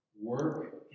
work